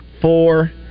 four